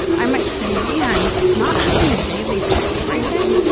i might say man not having a daily press briefing.